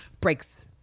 breaks